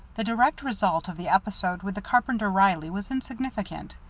the direct result of the episode with the carpenter reilly was insignificant.